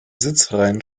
sitzreihen